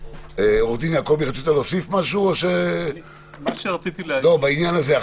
עורך דין יעקבי, רצית להוסיף משהו בעניין הזה?